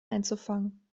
einzufangen